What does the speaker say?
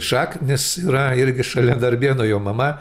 šaknys yra irgi šalia darbėnų jo mama